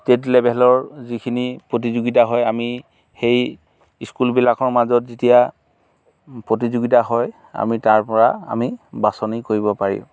state লেবেলৰ যিখিনি প্ৰতিযোগিতা হয় আমি সেই ইস্কুলবিলাকৰ মাজত যেতিয়া প্ৰতিযোগিতা হয় আমি তাৰপৰা আমি বাচনি কৰিব পাৰি